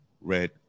Red